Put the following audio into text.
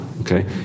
Okay